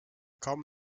kaum